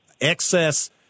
excess